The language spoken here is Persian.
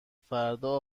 فردا